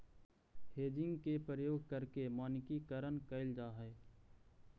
hedging के प्रयोग करके मानकीकरण कैल जा हई